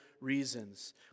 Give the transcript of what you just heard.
reasons